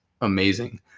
amazing